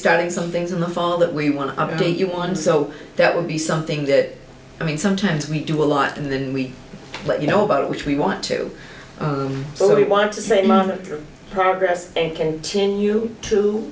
starting some things in the fall that we want to update you on so that will be something that i mean sometimes we do a lot and then we let you know about which we want to so we want to say monitor progress and continue to